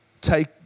take